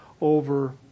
over